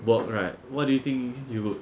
work right what do you think you would